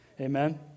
Amen